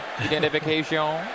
identification